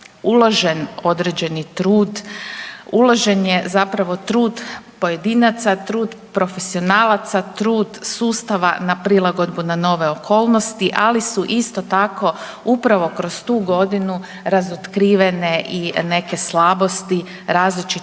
uložen određeni trud, uložen je zapravo trud pojedinaca, trud profesionalaca, trud sustava na prilagodbu na nove okolnosti ali su isto tako upravo kroz tu godinu razotkrivene i neke slabosti različitih